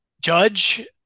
judge